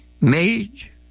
made